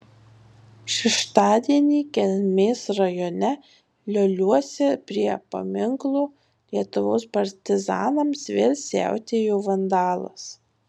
šeštadienį kelmės rajone lioliuose prie paminklo lietuvos partizanams vėl siautėjo vandalas